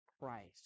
Christ